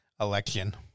election